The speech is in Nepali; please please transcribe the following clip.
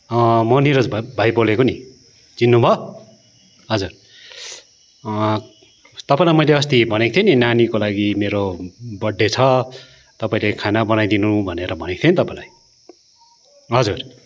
म निरज भाइ भाइ बोलेको नि चिन्नुभयो हजुर तपाईँलाई मैले अस्ति भनेको थिएँ नि नानीको लागि मेरो बर्थडे छ तपाईँले खाना बनाइदिनु भनेर भनेको थिएँ नि तपाईँलाई हजुर